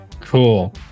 Cool